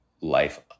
life